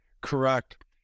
Correct